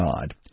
God